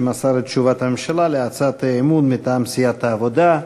שמסר את תשובת הממשלה על הצעת האי-אמון מטעם סיעת העבודה.